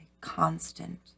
constant